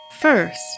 First